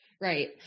Right